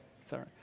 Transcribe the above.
sorry